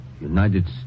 United